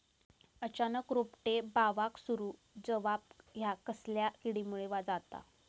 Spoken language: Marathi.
अचानक रोपटे बावाक सुरू जवाप हया कसल्या किडीमुळे जाता?